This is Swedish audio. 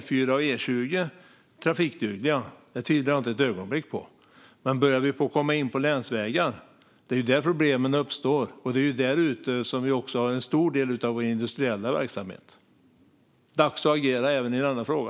Jag tvivlar inte ett ögonblick på att E4 och E20 kommer att hållas trafikdugliga, men problemen uppstår på länsvägarna. Det är där som en stor del av den industriella verksamheten finns. Det är dags att agera även i denna fråga.